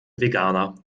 veganer